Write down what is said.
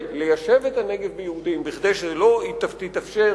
של ליישב את הנגב ביהודים כדי שלא תתאפשר